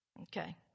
Okay